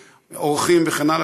אורחים וכן הלאה,